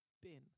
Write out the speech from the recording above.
Bin